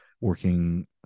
working